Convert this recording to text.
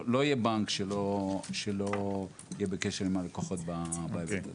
לא יהיה בנק שלא יהיה בקשר עם הלקוחות בהיבט הזה.